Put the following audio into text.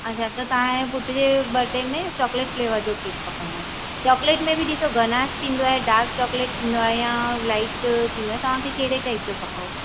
अच्छा त तव्हांजे पुट जे बडे में चॉकलेट फ़्लेवर जो केक खपंदव चॉकलेट में बि ॾिसो गनाश थींदो आहे डार्क चॉकलेट थींदो आहे या लाइट थींदो आहे तव्हांखे कहिड़े टाइप जो खपेव